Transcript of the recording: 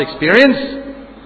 experience